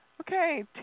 Okay